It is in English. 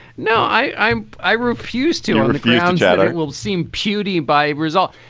no, i am. i refuse to learn the grounds yeah that it will seem pudi by result.